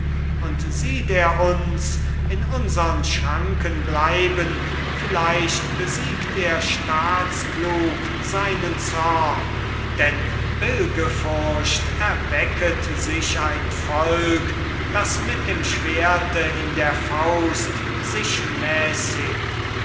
und sieht er uns in unsern schranken bleiben vielleicht besiegt er staatsklug seinen zorn denn bill'ge furcht erwecket sich ein volk das mit dem schwerte in der faust sich mässigt